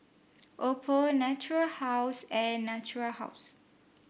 Oppo Natura House and Natura House